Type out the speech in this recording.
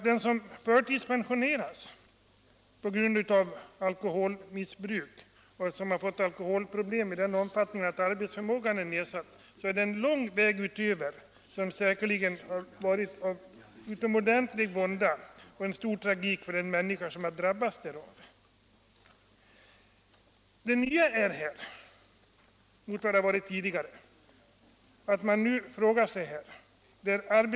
Den som förtidspensioneras på grund av alkoholmissbruk och som alltså har alkoholproblem i sådan omfattning att hans arbetsförmåga är nedsatt, har säkerligen dessförinnan tillryggalagt en lång väg fylld av vånda och stor tragik.